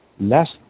Last